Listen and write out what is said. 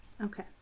Okay